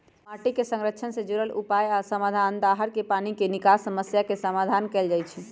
माटी के संरक्षण से जुरल उपाय आ समाधान, दाहर के पानी के निकासी समस्या के समाधान कएल जाइछइ